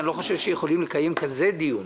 אני לא חושב שיכולים לקיים כזה דיון,